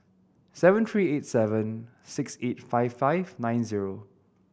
seven three eight seven six eight five five nine zero